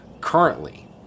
currently